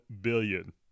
billion